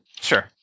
Sure